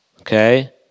Okay